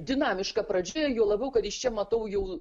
dinamiška pradžia juo labiau kad iš čia matau jau